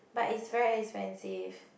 but is very expensive